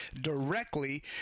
directly